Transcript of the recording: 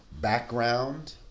background